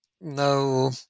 no